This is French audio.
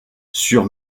sur